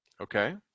Okay